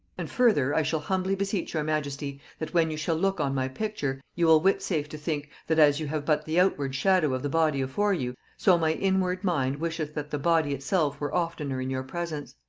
and further, i shall humbly beseech your majesty, that when you shall look on my picture, you will witsafe to think, that as you have but the outward shadow of the body afore you, so my inward mind wisheth that the body itself were oftener in your presence.